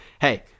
hey